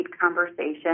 conversation